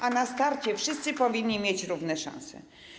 A na starcie wszyscy powinni mieć równe szanse.